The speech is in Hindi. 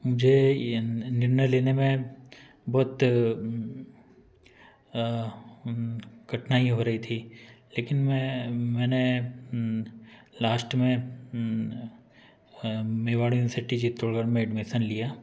मुझे यह निर्णय लेने में बहुत कठिनाई हो रही थी लेकिन मैं मैंने लास्ट में मेवाड़ यूनिवर्सिटी चित्तौड़गढ़ में में एडमीशन लिया